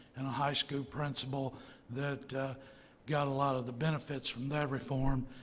and a high school principal that got a lot of the benefits from that reform.